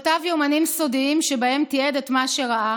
הוא כתב יומנים סודיים שבהם תיעד את מה שראה